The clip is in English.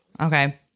okay